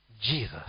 Jesus